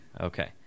Okay